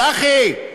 צחי,